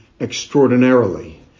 extraordinarily